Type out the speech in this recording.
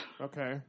Okay